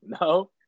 no